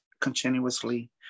continuously